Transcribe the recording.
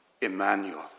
Emmanuel